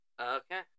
Okay